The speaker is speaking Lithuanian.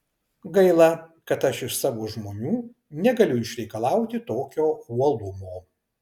gaila kad aš iš savo žmonių negaliu išreikalauti tokio uolumo